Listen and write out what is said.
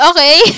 Okay